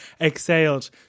exhaled